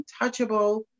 untouchable